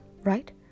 right